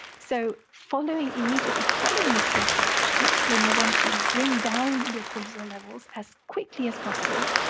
so following immediately, following a stress reaction, when you want to bring down your cortisol levels as quickly as possible,